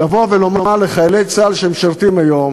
לבוא ולומר לחיילי צה"ל שמשרתים היום,